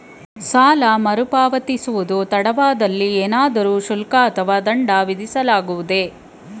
ಸಾಲ ಮರುಪಾವತಿಸುವುದು ತಡವಾದಲ್ಲಿ ಏನಾದರೂ ಶುಲ್ಕ ಅಥವಾ ದಂಡ ವಿಧಿಸಲಾಗುವುದೇ?